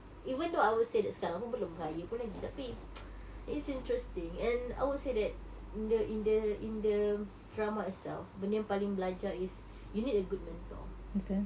even though I would say that sekarang pun belum kaya pun lagi tapi it's interesting and I would say that the in the in the drama itself benda yang paling belajar is you need a good mentor